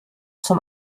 zum